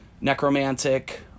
Necromantic